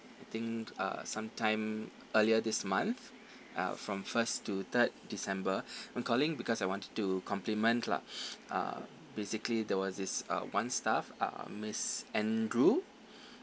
I think uh some time earlier this month uh from first to third december I'm calling because I wanted to compliment lah uh basically there was this uh one staff uh miss andrew